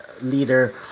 leader